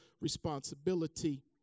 responsibility